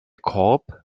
korb